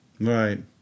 right